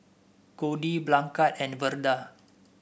Codi Blanchard and Verda